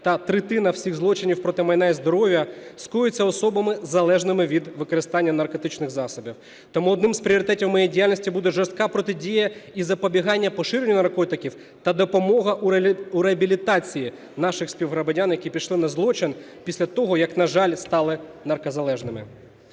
та третина всіх злочинів проти майна і здоров'я скоюються особами, залежними від використання наркотичних засобів. Тому одним із пріоритетів моєї діяльності буде жорстка протидія і запобігання поширенню наркотиків та допомога у реабілітації наших співгромадян, які пішли на злочин після того, як, на жаль, стали наркозалежними.